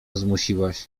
zmusiłaś